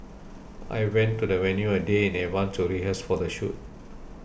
I went to the venue a day in advance to rehearse for the shoot